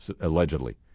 Allegedly